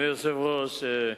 אדוני היושב-ראש,